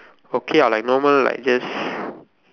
okay lah like normal like just